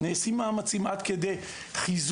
נעשים מאמצים עד כדי חיזור,